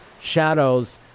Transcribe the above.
shadows